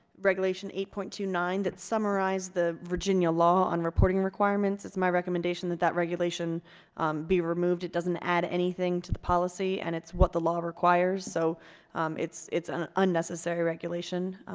regulation eight point two nine, that summarized the virginia law on reporting requirements. it's my recommendation that that regulation be removed. it doesn't add anything to the policy and it's what the law requires, so it's it's an unnecessary regulation.